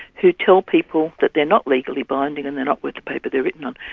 who tell people that they're not legally binding and they're not worth the paper they're written on.